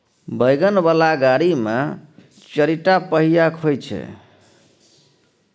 wagon बला गाड़ी मे चारिटा पहिया होइ छै